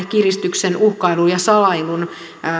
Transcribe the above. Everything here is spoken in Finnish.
kiristyksen uhkailun ja salailun